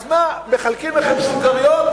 אז מה, מחלקים לכם סוכריות?